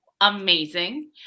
amazing